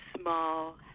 small